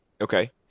Okay